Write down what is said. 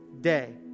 day